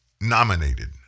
nominated